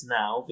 now